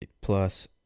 plus